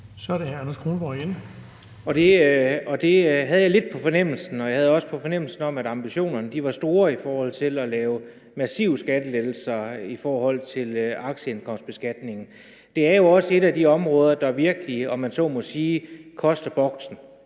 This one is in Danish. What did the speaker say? igen. Kl. 17:33 Anders Kronborg (S): Det havde jeg lidt på fornemmelsen, og jeg havde også på fornemmelsen, at ambitionerne var store i forhold til at lave massive skattelettelser med hensyn til aktieindkomstbeskatningen. Det er jo også et af de områder, der virkelig, om man så må sige, koster boksen,